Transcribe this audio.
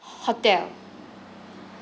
hotel